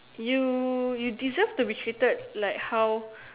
you you deserve to be treated like how